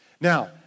Now